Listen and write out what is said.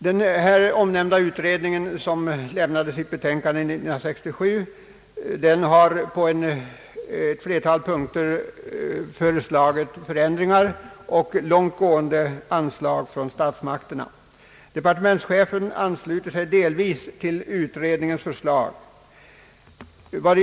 Den nämnda utredningen, som avlämnade sitt betänkande 1967, har på ett flertal punkter föreslagit föränd-- ringar och långt gående anslag från statsmakterna. Departementschefen an-- sluter sig delvis till utredningens förslag.